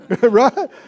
Right